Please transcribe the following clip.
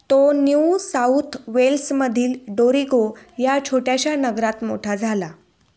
तो new south वेल्समधील Dorrigo या छोट्याशा नगरात मोठा झाला